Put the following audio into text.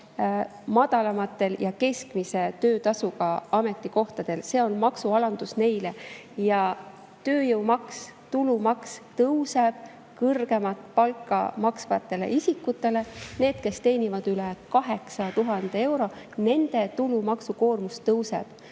madalama ja keskmise töötasuga ametikohtadel. See on neile maksualandus. Ja tööjõumaks, tulumaks tõuseb kõrgemat palka maksvatele isikutele. Neil, kes teenivad üle 8000 euro, tulumaksukoormus tõuseb.